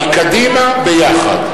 על קדימה, ביחד.